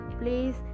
please